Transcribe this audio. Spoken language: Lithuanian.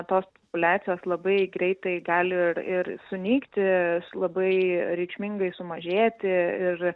tos populiacijos labai greitai gali ir ir sunykti labai reikšmingai sumažėti ir